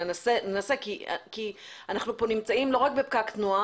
כי אנחנו כאן נמצאים לא רק בפקק תנועה